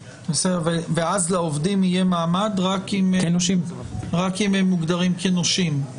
ואז לעובדים יהיה מעמד רק אם הם מוגדרים כנושים.